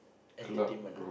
entertainment ah